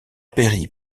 péri